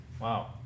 wow